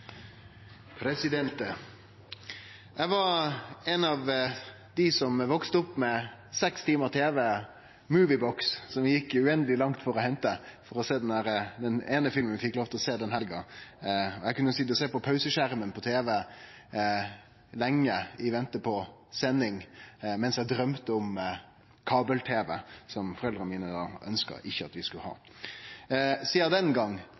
Eg var ein av dei som vaks opp med seks timar tv og «moviebox», som vi gjekk uendeleg langt for å hente for å sjå den eine filmen vi fekk lov til å sjå den helga. Eg kunne sitje og sjå på pauseskjermen på tv lenge i vente på sending mens eg drøymde om kabel-tv – som foreldra mine ikkje ønskte at vi skulle ha. Sidan den